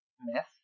myth